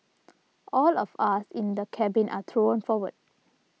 all of us in the cabin are thrown forward